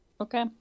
okay